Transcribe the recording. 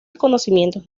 conocimientos